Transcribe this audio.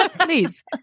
please